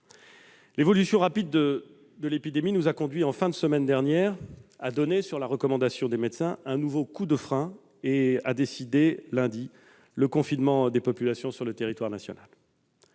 L'évolution rapide de l'épidémie nous a conduits, en fin de semaine dernière, à donner, sur la recommandation des médecins, un nouveau coup de frein et à décider, lundi, le confinement des populations sur le territoire national.